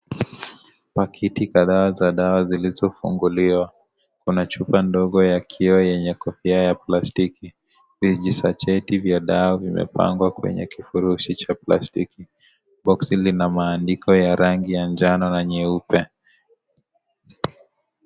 Pakiti kadhaa za dawa zilizofunguliwa. Kuna chupa ndogo ya kioo yenye kofia ya plastiki ,mbili sacheti ya dawa vimepangwa kwenye kifurushi cha plastiki, boxi Lina maandiko ya rangi ya njano na nyeupe.